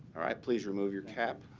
all right. please remove your cap.